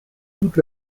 toute